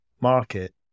market